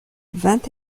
vingt